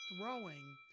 throwing –